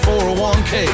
401k